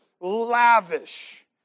lavish